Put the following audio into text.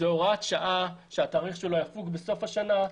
זאת הוראת שעה שהתאריך שלו יפוג בסוף השנה,